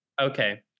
Okay